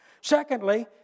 Secondly